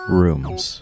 rooms